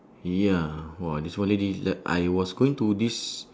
he ah !wah! this one lady like I was going to this